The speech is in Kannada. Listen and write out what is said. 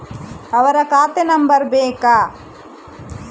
ಅವರ ಖಾತೆ ನಂಬರ್ ಬೇಕಾ?